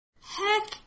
Heck